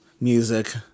music